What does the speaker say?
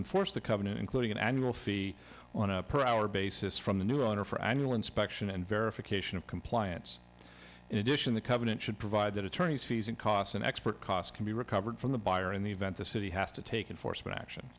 enforce the covenant including an annual fee on a per hour basis from the new owner for annual inspection and verification of compliance in addition the covenant should provide that attorneys fees and costs an expert cost can be recovered from the buyer in the event the city has to take in for some action